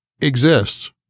exists